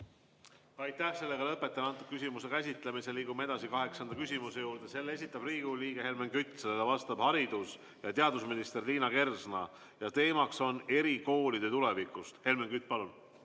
Aitäh! Lõpetan selle küsimuse käsitlemise. Liigume edasi kaheksanda küsimuse juurde. Selle esitab Riigikogu liige Helmen Kütt, vastab haridus- ja teadusminister Liina Kersna. Teemaks on erikoolide tulevik. Helmen Kütt, palun!